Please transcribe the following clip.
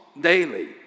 daily